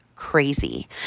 crazy